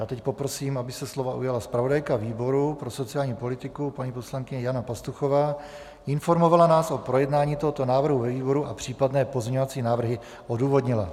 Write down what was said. Já teď poprosím, aby se slova ujala zpravodajka výboru pro sociální politiku paní poslankyně Jana Pastuchová, informovala nás o projednání tohoto návrhu ve výboru a případné pozměňovací návrhy odůvodnila.